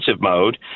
mode